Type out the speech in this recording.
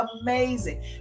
amazing